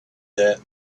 that